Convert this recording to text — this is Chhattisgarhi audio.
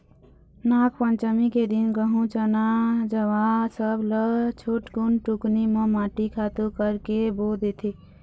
नागपंचमी के दिन गहूँ, चना, जवां सब ल छोटकुन टुकनी म माटी खातू करके बो देथे